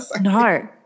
no